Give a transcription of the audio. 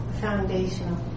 foundational